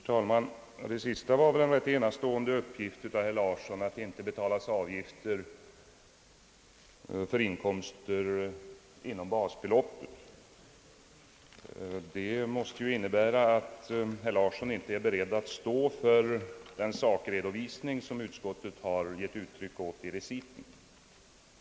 Herr talman! Herr Larssons sista uppgift är ju rätt enastående, nämligen att det inte betalas avgifter för inkomster inom basbeloppet. Det måste ju innebära att herr Larsson inte är beredd att stå för den sakredovisning som utskottet har givit uttryck åt i reciten.